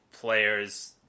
players